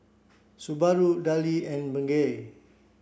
Subaru Darlie and Bengay